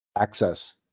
access